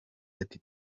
ati